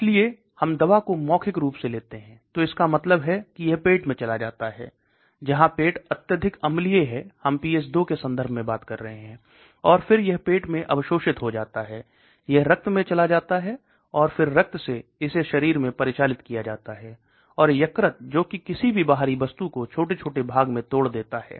इसलिए हम दवा को मौखिक रूप से लेते हैं तो इसका मतलब है कि यह पेट में चला जाता है जहां पेट अत्यधिक अम्लीय है हम पीएच 2 के संदर्भ में बात कर रहे हैं और फिर यह पेट में अवशोषित हो जाता है यह रक्त में चला जाता है और फिर रक्त से इसे शरीर में परिचालित किया जाता है और यकृत जो की किसी भी बाहरी वस्तु को छोटे छोटे भाग में तोड़ देता है